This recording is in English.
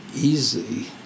easy